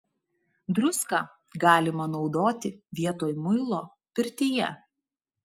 druską galima naudoti vietoj muilo pirtyje